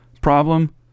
problem